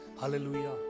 hallelujah